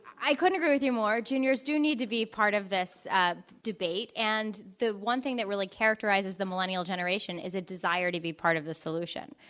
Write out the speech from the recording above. i couldn't agree with you more. juniors do need to be part of this debate. and the one thing that really characterizes the millennial generation is a desire to be part of the solution.